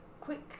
quick